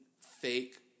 fake –